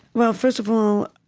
well, first of all,